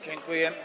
Dziękuję.